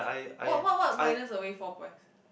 what what what minus away four points